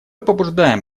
побуждаем